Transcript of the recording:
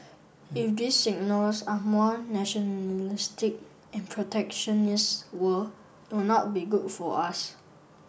if this signals are more nationalistic and protectionist world it will not be good for us